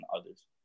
others